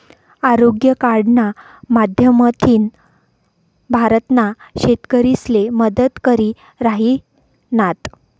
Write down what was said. आरोग्य कार्डना माध्यमथीन भारतना शेतकरीसले मदत करी राहिनात